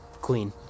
Queen